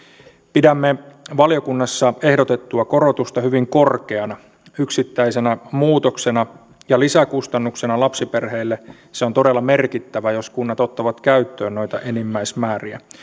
pidämme valiokunnassa ehdotettua korotusta hyvin korkeana yksittäisenä muutoksena ja lisäkustannuksena lapsiperheille se on todella merkittävä jos kunnat ottavat käyttöön noita enimmäismääriä